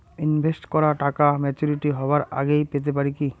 Invest করা টাকা maturity হবার আগেই পেতে পারি কি?